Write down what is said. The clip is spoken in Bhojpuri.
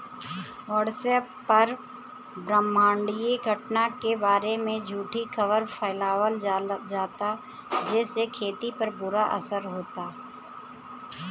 व्हाट्सएप पर ब्रह्माण्डीय घटना के बारे में झूठी खबर फैलावल जाता जेसे खेती पर बुरा असर होता